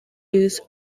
use